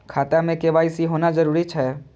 खाता में के.वाई.सी होना जरूरी छै?